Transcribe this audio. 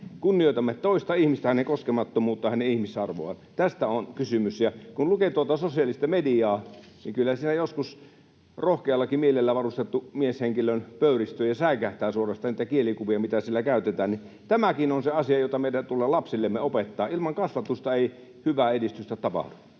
Kunnioitamme toista ihmistä, hänen koskemattomuuttaan, hänen ihmisarvoaan — tästä on kysymys. Kun lukee sosiaalista mediaa, niin kyllä siellä joskus rohkeallakin mielellä varustettu mieshenkilö pöyristyy ja suorastaan säikähtää niitä kielikuvia, mitä siellä käytetään. Tämäkin on sellainen asia, jota meidän tulee lapsillemme opettaa. Ilman kasvatusta ei hyvää edistystä tapahdu.